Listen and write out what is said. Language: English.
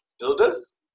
builders